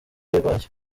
baryo